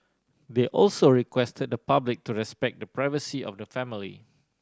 they also requested the public to respect the privacy of the family